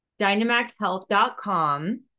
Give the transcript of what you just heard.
Dynamaxhealth.com